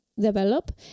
Develop